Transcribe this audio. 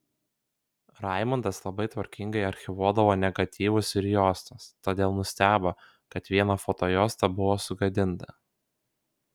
raimundas labai tvarkingai archyvuodavo negatyvus ir juostas todėl nustebo kad viena fotojuosta buvo sugadinta